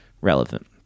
relevant